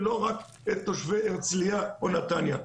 ולא רק את תושבי הרצליה או נתניה.